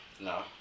No